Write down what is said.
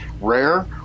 rare